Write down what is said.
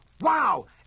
Wow